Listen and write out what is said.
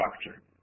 structure